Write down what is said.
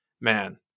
man